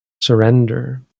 surrender